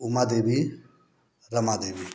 Uma Devi Rama Devi